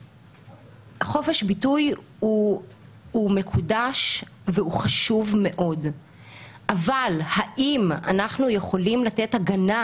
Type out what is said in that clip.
חופש הביטוי הוא מקודש והוא חשוב מאוד אבל האם אנחנו יכולים לתת הגנה